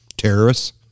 terrorists